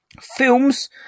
Films